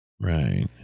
Right